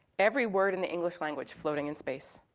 every word in the english language floating in space.